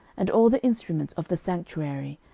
and all the instruments of the sanctuary,